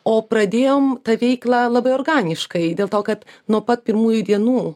o pradėjom tą veiklą labai organiškai dėl to kad nuo pat pirmųjų dienų